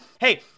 Hey